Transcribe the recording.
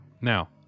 Now